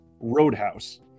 Roadhouse